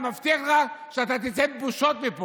אני מבטיח לך שאתה תצא מפה בבושות.